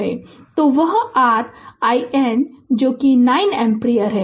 तो वह r IN है जो कि 9 एम्पर है